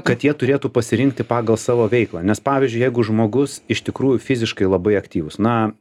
kad jie turėtų pasirinkti pagal savo veiklą nes pavyzdžiui jeigu žmogus iš tikrųjų fiziškai labai aktyvus na